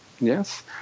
yes